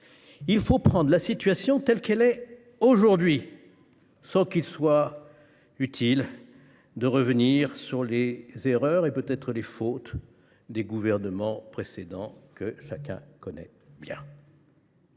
Il faut prendre la situation telle qu’elle est aujourd’hui, car il est inutile de revenir sur les erreurs, et peut être les fautes, des gouvernements précédents, que chacun connaît bien.